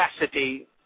capacity